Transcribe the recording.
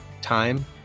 time